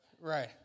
Right